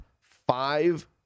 five